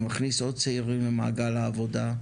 זה מכניס עוד צעירים למעגל העבודה,